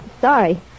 sorry